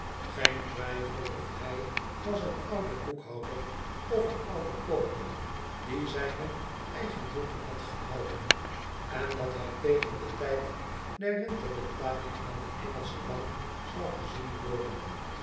geen twijfel of hij was een oude boekhouder of een oude koopman die zijne eigen boeken had gehouden en dat hij tegen den tijd der rentebetaling aan de ïïngelsche bank zou gezien worden